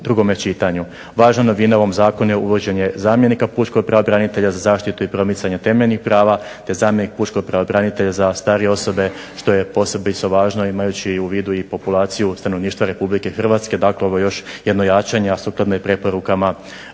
drugom čitanju. Važna novina u ovom Zakonu je uvođenje zamjenika pučkog pravobranitelja za zaštitu i promicanje temeljnih prava, te zamjenik pučkog pravobranitelja za starije osobe što je posebice važno imajući u vidu i populaciju stanovništva Republike Hrvatske. Dakle, ovo je još jedno jačanje, a sukladno i preporukama